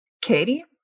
Katie